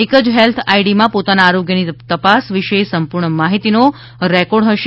એક જ હેલ્થ આઈડીમાં પોતાના આરોગ્યની તપાસ વિશે સંપુર્ણ માહિતીનો રેકોર્ડ રહેશે